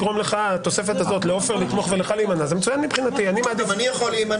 דיברנו על כך שאנחנו נוסיף לתקנות בסעיף 3. אפשר להציע